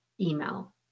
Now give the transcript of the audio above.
email